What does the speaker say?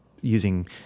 using